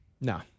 No